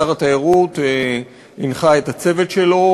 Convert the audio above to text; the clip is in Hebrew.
שר התיירות הנחה את הצוות שלו,